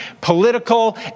political